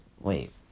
Wait